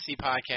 podcast